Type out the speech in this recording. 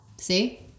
See